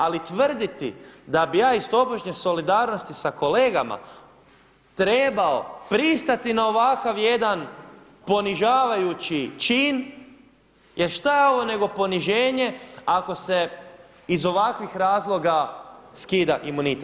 Ali tvrditi da bi ja iz tobožnje solidarnosti sa kolegama trebao pristati na ovakav jedan ponižavajući čin, jer šta je ovo nego poniženje ako se iz ovakvih razloga skida imunitet.